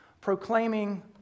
Proclaiming